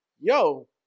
yo